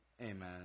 Amen